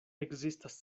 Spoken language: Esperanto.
ekzistas